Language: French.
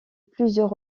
plusieurs